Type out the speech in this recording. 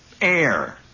air